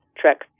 trick